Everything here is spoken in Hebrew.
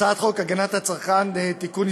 הצעת חוק הגנת הצרכן (תיקון,